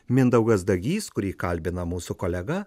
mindaugas dagys kurį kalbina mūsų kolega